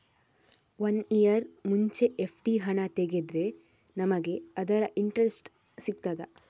One year ಮುಂಚೆ FD ಹಣ ತೆಗೆದ್ರೆ ನಮಗೆ ಅದರ ಇಂಟ್ರೆಸ್ಟ್ ಸಿಗ್ತದ?